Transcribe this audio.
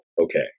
okay